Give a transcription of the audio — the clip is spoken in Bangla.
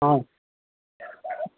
হুম